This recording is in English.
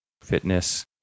Fitness